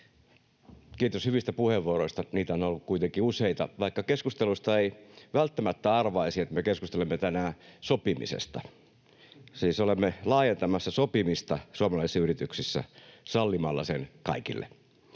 Kiitos hyvistä puheenvuoroista. Niitä on ollut kuitenkin useita, vaikka keskustelusta ei välttämättä arvaisi, että me keskustelemme tänään sopimisesta. Siis olemme laajentamassa sopimista suomalaisissa yrityksissä sallimalla sen kaikille.